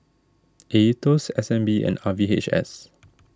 Aetos S N B and R V H S